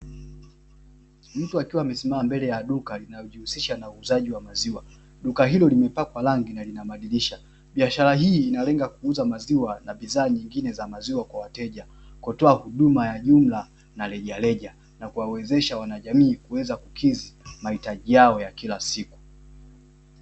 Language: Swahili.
Mtu akiwa amesimama mbele ya duka linalo juhusisha na uuzaji wa maziwa, duka hilo limepakwa rangi na lina madirisha; biashara hii inalenga kuuza maziwa na bidhaa nyingine za maziwa kwa wateja, kutoa huduma ya jumla na rejareja na ku wawezesha wanajamii kuweza kukidhi mahitaji yao ya kila siku.